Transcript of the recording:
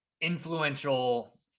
influential